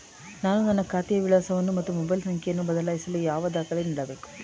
ನಾನು ನನ್ನ ಖಾತೆಯ ವಿಳಾಸವನ್ನು ಮತ್ತು ಮೊಬೈಲ್ ಸಂಖ್ಯೆಯನ್ನು ಬದಲಾಯಿಸಲು ಯಾವ ದಾಖಲೆ ನೀಡಬೇಕು?